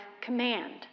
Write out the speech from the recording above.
command